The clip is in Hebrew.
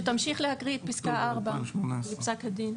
ותמשיך להקריא את פסקה 4 לפסק הדין.